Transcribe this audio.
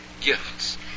gifts